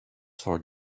for